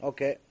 Okay